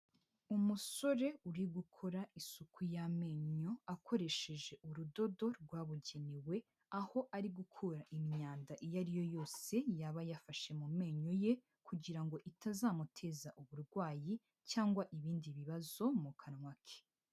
Umusore uri gukora isuku y'amenyo, akoresheje urudodo rwabugenewe, aho ari gukura imyanda iyo ari yo yose yaba yafashe mu menyo ye kugira ngo itazamuteza uburwayi cyangwa ibindi bibazo mu kanwa ke.